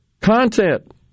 content